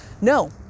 No